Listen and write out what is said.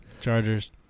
Chargers